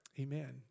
Amen